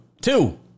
Two